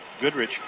Goodrich